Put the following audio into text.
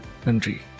country